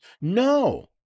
No